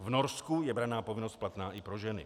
V Norsku je branná povinnost platná i pro ženy.